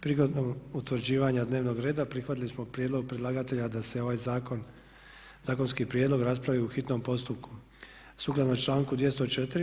Prigodom utvrđivanja dnevnog reda prihvatili smo prijedlog predlagatelja da se ovaj zakon, zakonski prijedlog raspravi u hitnom postupku sukladno članku 204.